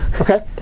Okay